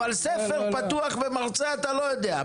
אבל ספר פתוח ומרצה אתה לא יודע.